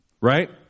right